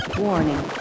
warning